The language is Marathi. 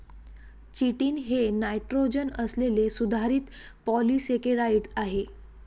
चिटिन हे नायट्रोजन असलेले सुधारित पॉलिसेकेराइड आहे